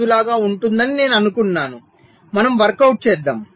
5 లాగా ఉంటుందని నేను అనుకున్నాను మనం వర్క్ అవుట్ చేద్దాం